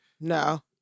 No